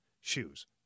shoes